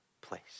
place